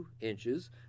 inches